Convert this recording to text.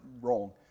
wrong